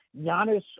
Giannis